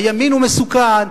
הימין הוא מסוכן.